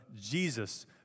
Jesus